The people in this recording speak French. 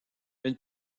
une